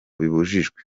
babujijwe